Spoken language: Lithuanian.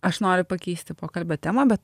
aš noriu pakeisti pokalbio temą bet